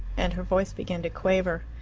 and her voice began to quaver.